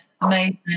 Amazing